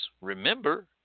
remember